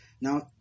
Now